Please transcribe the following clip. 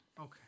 Okay